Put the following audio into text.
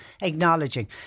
acknowledging